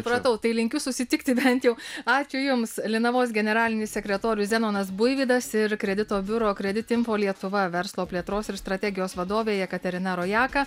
supratau tai linkiu susitikti bent jau ačiū jums linavos generalinis sekretorius zenonas buivydas ir kredito biuro kredit info lietuva verslo plėtros ir strategijos vadovė jekaterina rojaka